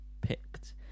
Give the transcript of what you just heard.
picked